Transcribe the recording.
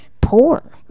poor